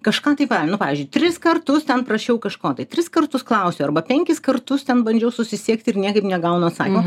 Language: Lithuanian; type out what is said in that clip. kažką tai padarė nu pavyzdžiui tris kartus ten prašiau kažko tai tris kartus klausiau arba penkis kartus ten bandžiau susisiekti ir niekaip negaunu atsakymo